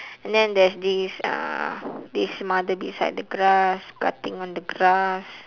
and then there's this uh this mother beside the grass cutting on the grass